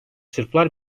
sırplar